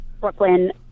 Brooklyn